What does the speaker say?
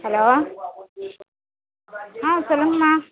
hello ஆ சொல்லுங்கம்மா